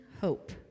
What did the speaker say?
hope